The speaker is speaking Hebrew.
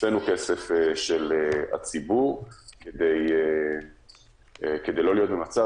הוצאנו כסף של הציבור כדי לא להיות במצב